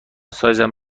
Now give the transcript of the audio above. سایزم